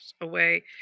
away